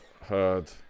Heard